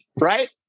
Right